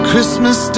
Christmas